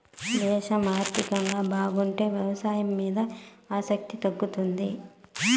దేశం ఆర్థికంగా బాగుంటే వ్యవసాయం మీద ఆసక్తి తగ్గుతుంది